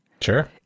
Sure